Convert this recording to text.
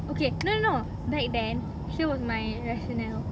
okay no no no back then here was my rationale